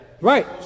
Right